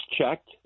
checked